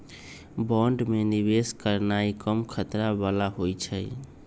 bond में निवेश करनाइ कम खतरा बला होइ छइ